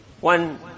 one